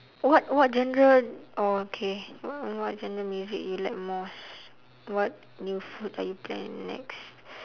what what genre okay oh okay what what genre music you like most what new food are you planning next